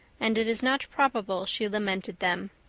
and it is not probable she lamented them.